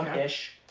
ish.